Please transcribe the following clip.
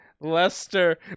Lester